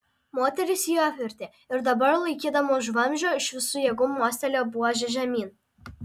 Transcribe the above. moteris jį apvertė ir dabar laikydama už vamzdžio iš visų jėgų mostelėjo buože žemyn